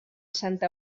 santa